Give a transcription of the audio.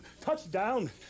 touchdown